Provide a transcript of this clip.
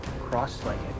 cross-legged